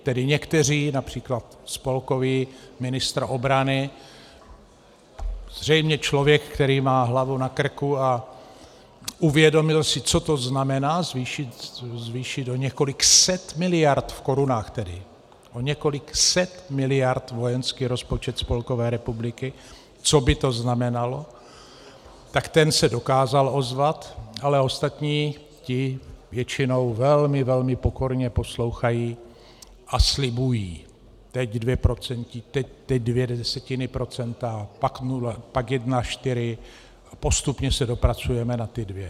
Tedy někteří, například spolkový ministr obrany, zřejmě člověk, který má hlavu na krku a uvědomil si, co to znamená zvýšit o několik set miliard v korunách tedy o několik set miliard vojenský rozpočet Spolkové republiky, co by to znamenalo, tak ten se dokázal ozvat, ale ostatní, ti většinou velmi, velmi pokorně poslouchají a slibují, teď dvě desetiny procenta, pak nula, pak 1,4 a postupně se dopracujeme na ta 2.